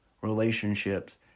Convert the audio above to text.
relationships